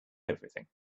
everything